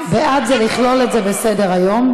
בעד זה לכלול את זה בסדר-היום.